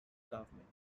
government